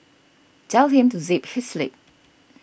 tell him to zip his lip